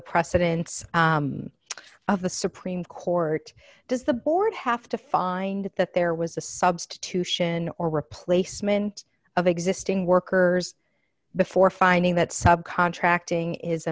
the precedents of the supreme court does the board have to find that there was a substitution or replacement of existing workers before finding that sub contracting is